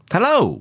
Hello